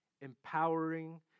empowering